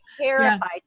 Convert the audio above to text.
terrified